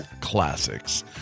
classics